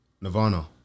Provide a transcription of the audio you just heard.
Nirvana